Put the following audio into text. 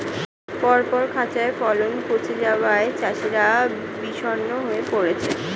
পরপর খড়ায় ফলন পচে যাওয়ায় চাষিরা বিষণ্ণ হয়ে পরেছে